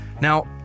Now